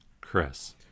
Chris